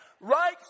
right